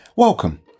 Welcome